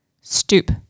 stoop